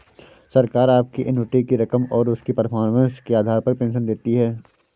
सरकार आपकी एन्युटी की रकम और उसकी परफॉर्मेंस के आधार पर पेंशन देती है